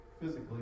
physically